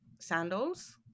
sandals